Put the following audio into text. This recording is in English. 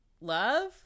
love